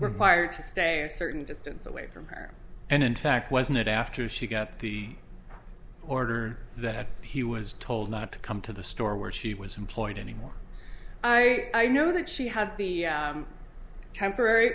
required to stay a certain distance away from her and in fact wasn't it after she got the order that he was told not to come to the store where she was employed anymore i know that she had the temporary